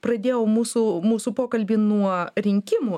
pradėjau mūsų mūsų pokalbį nuo rinkimų